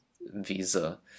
visa